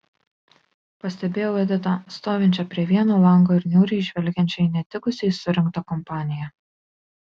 pastebėjau editą stovinčią prie vieno lango ir niūriai žvelgiančią į netikusiai surinktą kompaniją